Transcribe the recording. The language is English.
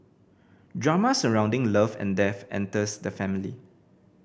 drama surrounding love and death enters the family